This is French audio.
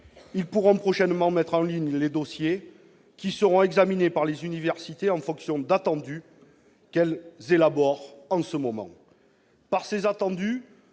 Ils pourront prochainement mettre en ligne leurs dossiers, qui seront examinés par les universités en fonction d'attendus que celles-ci élaborent en ce moment. Au travers de ces attendus,